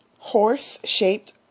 Horse-shaped